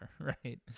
right